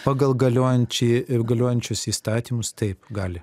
pagal galiojančį galiojančius įstatymus taip gali